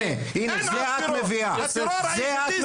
הנה זה את מביאה גברתי,